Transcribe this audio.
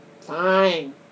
fine